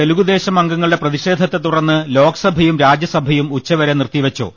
തെലുഗുദേശം അംഗങ്ങളുടെ പ്രതിഷേധത്തെ തുടർന്ന് ലോക് സഭയും രാജ്യസഭയും ഉച്ചവരെ നിർത്തിവെച്ചു